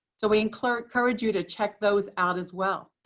so we encourage you to check those out as well.